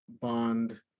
bond